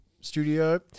studio